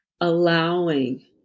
allowing